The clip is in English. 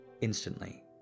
Instantly